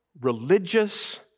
religious